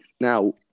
Now